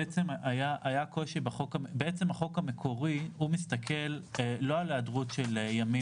החוק המקורי לא בוחן היעדרות של ימים